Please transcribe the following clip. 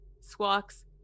squawks